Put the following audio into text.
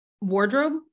wardrobe